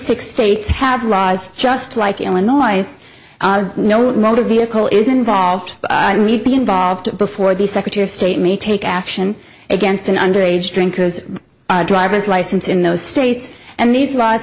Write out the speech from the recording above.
six states have laws just like illinois no motor vehicle is involved be involved before the secretary of state may take action against an underage drinkers driver's license in those states and these l